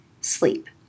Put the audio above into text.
sleep